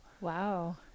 wow